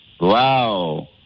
Wow